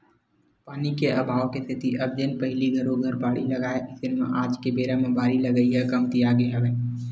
पानी के अभाव के सेती अब जेन पहिली घरो घर बाड़ी लगाय अइसन म आज के बेरा म बारी लगई ह कमतियागे हवय